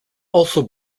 also